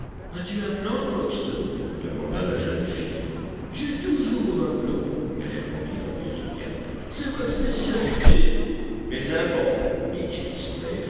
as-tu un plan crockston demanda la jeune fille j'ai toujours un plan répondit l'américain c'est ma spécialité mais un bon dit james